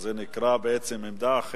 עמדה נוספת.